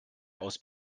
aus